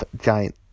giant